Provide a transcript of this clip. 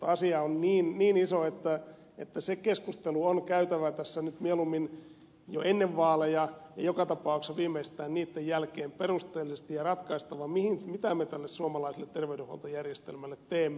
asia on niin iso että se keskustelu on käytävä tässä nyt mieluummin jo ennen vaaleja ja joka tapauksessa viimeistään niitten jälkeen perusteellisesti ja on ratkaistava mitä me tälle suomalaiselle terveydenhuoltojärjestelmälle teemme